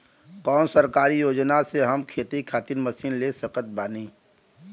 कौन सरकारी योजना से हम खेती खातिर मशीन ले सकत बानी?